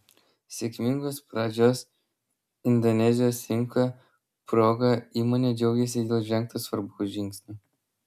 sėkmingos pradžios indonezijos rinkoje proga įmonė džiaugiasi dėl žengto svarbaus žingsnio